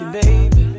baby